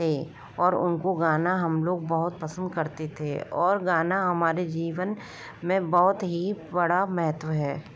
और उनको गाना हम लोग बहुत पसंद करते थे ओर गाना हमारे जीवन में बहुत ही बड़ा महत्व है